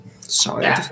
Sorry